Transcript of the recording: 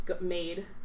made